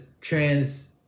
trans